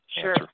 sure